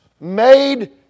made